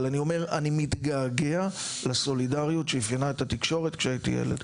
אבל אני אומר אני מתגעגע לסולידריות שאפיינה את התקשורת כשהייתי ילד.